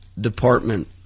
department